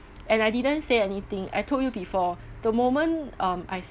and I didn't say anything I told you before the moment um I